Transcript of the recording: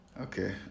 Okay